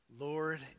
Lord